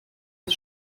ist